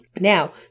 Now